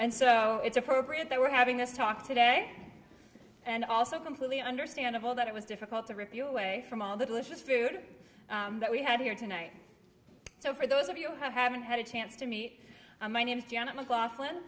and so it's appropriate that we're having this talk today and also completely understandable that it was difficult to rip you away from all the delicious food that we have here tonight so for those of you haven't had a chance to meet my name's janet mclaughlin